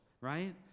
right